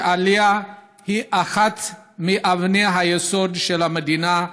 שעלייה היא אחת מאבני היסוד של המדינה.